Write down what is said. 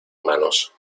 manos